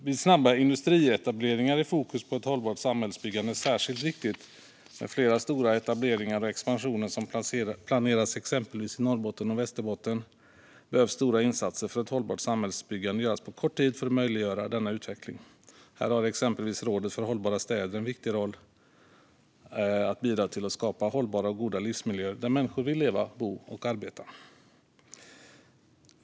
Vid snabba industrietableringar är fokus på ett hållbart samhällsbyggande särskilt viktigt. Med flera stora etableringar och expansioner som planeras i exempelvis Norrbottens och Västerbottens län behöver stora insatser för ett hållbart samhällsbyggande göras på kort tid för att möjliggöra denna utveckling. Här har exempelvis Rådet för hållbara städer en viktig roll att bidra till att skapa hållbara och goda livsmiljöer där människor vill leva, bo och arbeta.